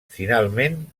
finalment